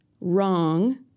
wrong